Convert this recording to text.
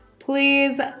Please